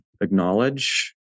acknowledge